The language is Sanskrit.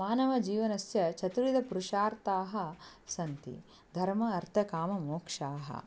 मानवजीवनस्य चतुर्विधपुरुषार्थाः सन्ति धर्म अर्थकाममोक्षाः